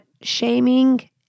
shaming